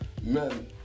men